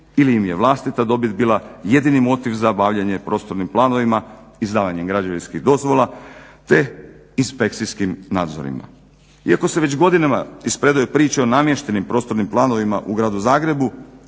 ili im je vlastita dobit bila jedini motiv za bavljenje prostornim planovima, izdavanjem građevinskih dozvola te inspekcijskim nadzorima. Iako se već godinama ispredaju priče o namještenim prostornim planovima u gradu Zagrebu,